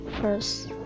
first